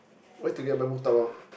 where to get the murtabak